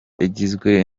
igizwe